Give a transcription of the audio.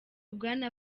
bwana